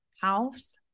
house